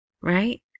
right